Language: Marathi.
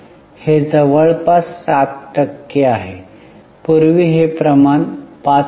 हे जवळपास 7 टक्के आहे पूर्वी हे प्रमाण 5